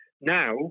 now